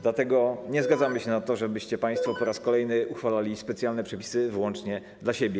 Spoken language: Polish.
Dlatego nie zgadzamy się na to, żebyście państwo po raz kolejny uchwalali specjalne przepisy wyłącznie dla siebie.